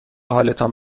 حالتان